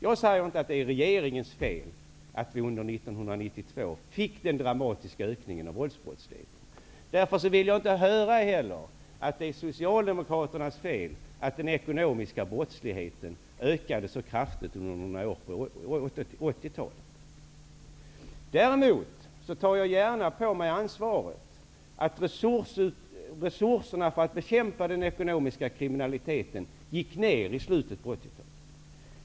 Jag säger inte att det är regeringens fel att det under 1992 blev en dramatisk ökning av våldsbrottsligheten. Därför vill jag inte heller höra att det är Socialdemokraternas fel att den ekonomiska brottsligheten ökade så kraftigt under några år på 80-talet. Däremot tar jag på mig ansvaret att resurserna för att bekämpa den ekonomiska kriminaliteten gick ner i slutet av 80-talet.